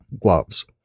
gloves